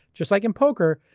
just like in poker,